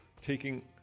taking